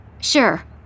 Sure